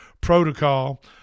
protocol